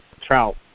trout